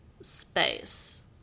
space